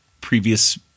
previous